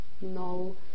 no